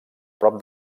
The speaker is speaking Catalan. prop